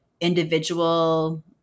individual